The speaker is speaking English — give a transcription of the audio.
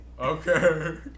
Okay